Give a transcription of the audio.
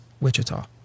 Wichita